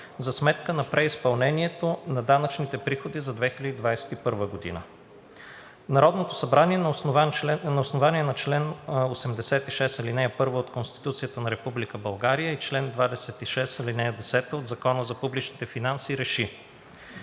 за сметка на преизпълнението на данъчните приходи за 2021 г. Народното събрание на основание чл. 86, ал. 1 от Конституцията на Република България и чл. 26, ал. 10 от Закона за публичните финанси РЕШИ: